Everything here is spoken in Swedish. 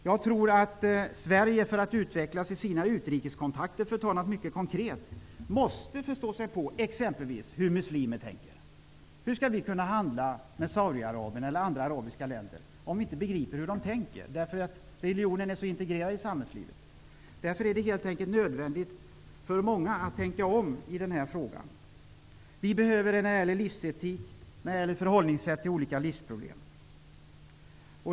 Jag tror att Sverige, för att utvecklas i sina utrikeskontakter, för att ta något mycket konkret, måste lära sig att förstå exempelvis hur muslimer tänker. Hur skall vi kunna handla med Saudiarabien eller andra arabiska länder om vi inte begriper hur de tänker? Religionen är så integrerad i samhällslivet där. Därför är det helt enkelt nödvändigt att många tänker om i den här frågan. Det är nödvändigt när det gäller livsetik och sättet att förhålla sig till olika livsproblem.